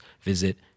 visit